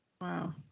Wow